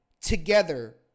together